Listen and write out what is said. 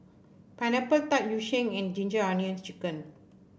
Pineapple Tart Yu Sheng and Ginger Onions chicken